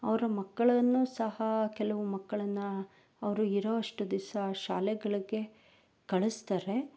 ಅವರ ಮಕ್ಕಳನ್ನು ಸಹ ಕೆಲವು ಮಕ್ಕಳನ್ನು ಅವರು ಇರುವಷ್ಟು ದಿವ್ಸ ಶಾಲೆಗಳಿಗೆ ಕಳಿಸ್ತಾರೆ